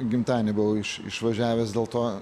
gimtadienį buvau iš išvažiavęs dėl to